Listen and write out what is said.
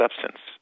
substance